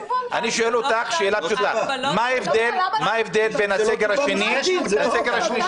אני שואל אותך שאלה פשוטה: מה ההבדל בין הסגר השני לסגר השלישי.